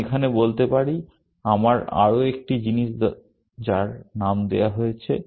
আমি এখানে বলতে পারি আমার আরও একটি জিনিস দরকার যার নাম দেওয়া হয়েছে